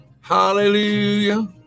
Hallelujah